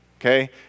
okay